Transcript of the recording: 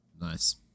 Nice